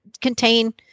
contain